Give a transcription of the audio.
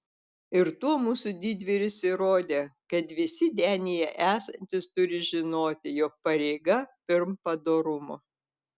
ir tuo mūsų didvyris įrodė kad visi denyje esantys turi žinoti jog pareiga pirm padorumo